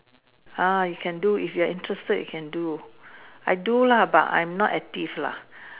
ah you can do if you're interested you can do I do lah but I'm not active lah